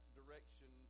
direction